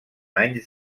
anys